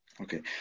Okay